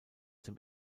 dem